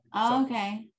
Okay